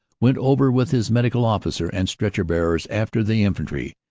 went over with his medical officer and stretcher bearers after the infantry.